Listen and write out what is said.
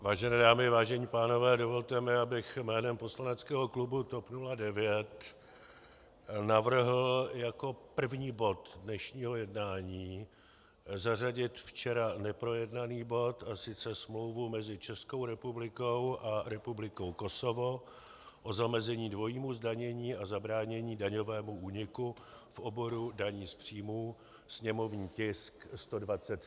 Vážené dámy, vážení pánové, dovolte mi, abych jménem poslaneckého klubu TOP 09 navrhl jako první bod dnešního jednání zařadit včera neprojednaný bod, a sice Smlouvu mezi Českou republikou a Republikou Kosovo o zamezení dvojímu zdanění a zabránění daňovému úniku v oboru daní z příjmu, sněmovní tisk 123.